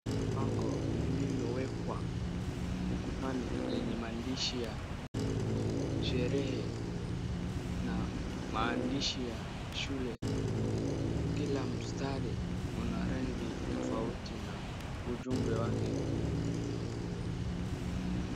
Bango lililowekwa ukutani lenye maandishi ya sherehe na maandishi ya shule, kila mstari una rangi tofauti na ujumbe wake.